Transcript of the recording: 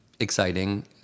exciting